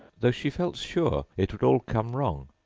though she felt sure it would all come wrong,